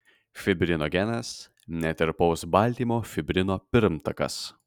fibrinogenas netirpaus baltymo fibrino pirmtakas